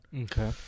Okay